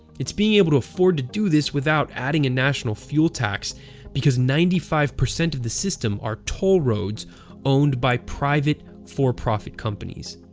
it's been able to afford to do this without adding a national fuel tax because ninety five percent of the system are toll roads owned by private, for-profit companies.